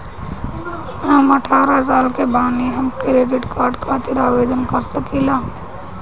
हम अठारह साल के बानी हम क्रेडिट कार्ड खातिर आवेदन कर सकीला?